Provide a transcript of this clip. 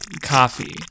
Coffee